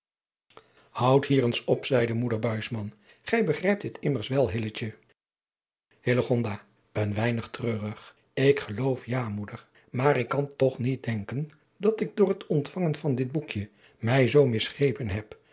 houd hier eens op zeide moeder buisman gij begrijpt dit immers wel hilletje hillegonda een weinig treurig ik geloof ja moeder maar ik kan toch niet denken dat ik door het ontvangen van dit boekje mij zoo misgrepen heb